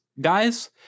guys